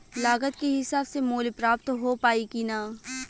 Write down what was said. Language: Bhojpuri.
लागत के हिसाब से मूल्य प्राप्त हो पायी की ना?